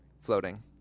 floating